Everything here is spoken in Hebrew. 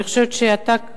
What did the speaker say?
אני חושבת שאתה,